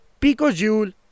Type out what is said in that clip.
picojoule